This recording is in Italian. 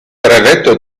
brevetto